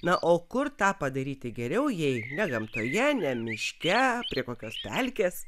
na o kur tą padaryti geriau jei ne gamtoje ne miške prie kokios pelkės